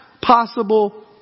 possible